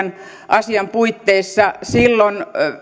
asian puitteissa silloin muutettiin näitä pitkän korkotuen ehtoja niin